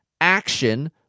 action